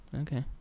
Okay